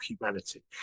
humanity